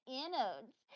anodes